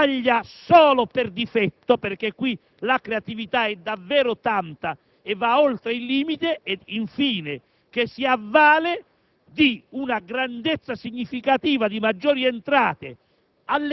che quando critica i Ministri precedenti di creatività, sbaglia solo per difetto, perché qui la creatività è davvero tanta e va oltre ogni limite; e, infine, che si avvale